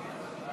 היא לא מוצמדת.